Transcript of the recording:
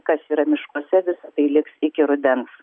kas yra miškuose visa tai liks iki rudens